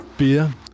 Beer